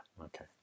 okay